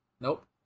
Nope